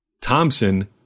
Thompson